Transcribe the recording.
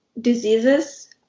diseases